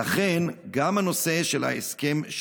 ולכן גם הנושא של ההסכם,